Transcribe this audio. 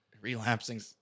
relapsing